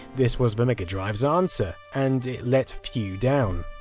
this was the mega drive's answer, and it let few down.